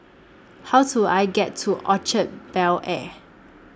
How Do I get to Orchard Bel Air